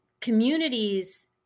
communities